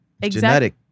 Genetic